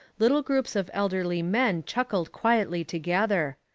little groups of elderly men chuckled quietly together.